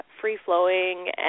free-flowing